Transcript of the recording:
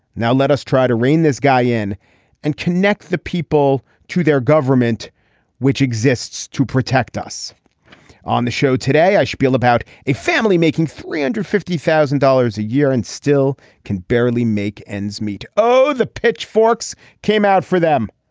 now let us try to rein this guy in and connect the people to their government which exists to protect us on the show today. i spiel about a family making three hundred and fifty thousand thousand dollars a year and still can barely make ends meet. oh the pitchforks came out for them.